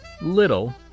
little